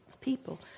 people